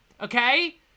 okay